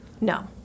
No